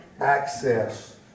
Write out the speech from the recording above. access